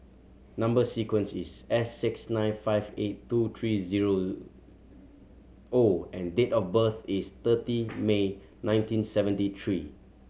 number sequence is S six nine five eight two three zero O and date of birth is thirty May nineteen seventy three